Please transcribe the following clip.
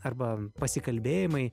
arba pasikalbėjimai